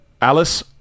alice